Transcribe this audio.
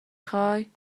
خوای